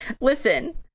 Listen